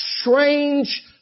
strange